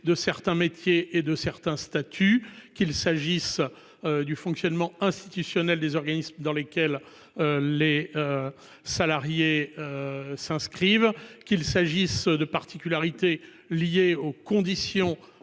de certains métiers et de certains statuts qu'il s'agisse. Du fonctionnement institutionnel des organismes dans lesquels. Les. Salariés. S'inscrivent qu'il s'agisse de particularités liées aux conditions